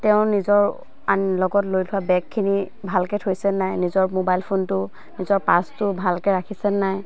তেওঁ নিজৰ আন লগত লৈ থোৱা বেগখিনি ভালকৈ থৈছে নাই নিজৰ মোবাইল ফোনটো নিজৰ পাৰ্ছটো ভালকৈ ৰাখিছে নাই